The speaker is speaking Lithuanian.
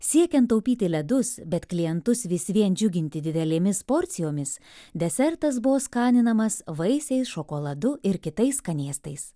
siekiant taupyti ledus bet klientus vis vien džiuginti didelėmis porcijomis desertas buvo skaninamas vaisiais šokoladu ir kitais skanėstais